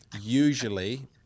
usually